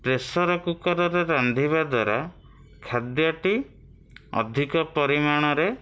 pressure cooker ରେ ରାନ୍ଧିବାଦ୍ଵାରା ଖାଦ୍ୟଟି ଅଧିକ ପରିମାଣରେ